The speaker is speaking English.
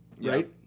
Right